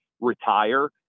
retire